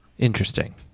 interesting